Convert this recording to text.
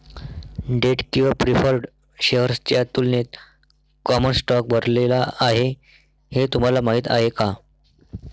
Date किंवा preferred शेअर्सच्या तुलनेत कॉमन स्टॉक भरलेला आहे हे तुम्हाला माहीत आहे का?